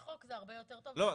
חוק זה הרבה יותר טוב -- לא,